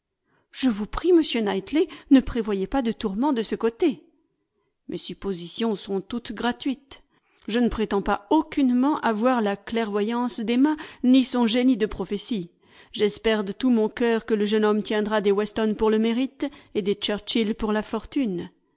je vous prie monsieur knightley ne prévoyez pas de tourment de ce côté mes suppositions sont toutes gratuites je ne prétends pas aucunement avoir la clairvoyance d'emma ni son génie de prophétie j'espère de tout mon cœur que le jeune homme tiendra des weston pour le mérite et des churchill pour la fortune